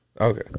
Okay